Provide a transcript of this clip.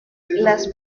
las